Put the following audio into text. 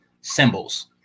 symbols